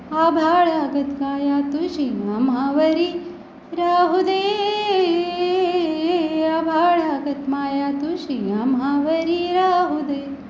आभाळागत काया तुझी आम्हावरी राहूदे आभाळागत माया तुझी आम्हावरी राहूदे